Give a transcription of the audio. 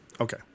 Okay